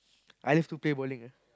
I love to play bowling ah